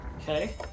Okay